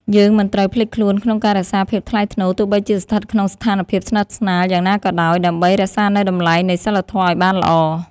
យើងមិនត្រូវភ្លេចខ្លួនក្នុងការរក្សាភាពថ្លៃថ្នូរទោះបីជាស្ថិតក្នុងស្ថានភាពស្និទ្ធស្នាលយ៉ាងណាក៏ដោយ ដើម្បី រក្សានូវតម្លៃនៃសីលធម៌ឱ្យបានល្អ។